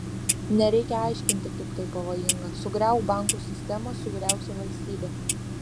nereikia aiškinti kaip tai pavojinga sugriauk bankų sistemą sugriausi valstybę